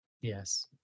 Yes